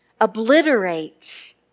obliterates